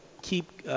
keep